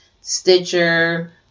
Stitcher